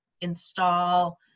install